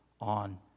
on